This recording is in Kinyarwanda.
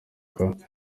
kwaguka